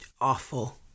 awful